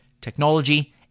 technology